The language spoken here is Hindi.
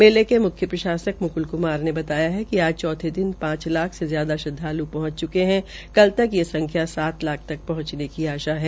मेले में मुख्य प्रशासक मुक्ल कुमार ने बताया कि आज चौथे दिन ांच लाख से ज्यादा श्रद्वाल् हृंच चुके है कल तक ये संख्य सात लाख तक हृंचने की आशा है